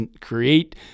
create